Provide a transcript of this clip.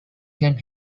can